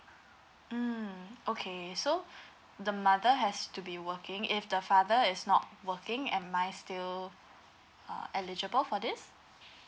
mm okay so the mother has to be working if the father is not working am I still uh eligible for this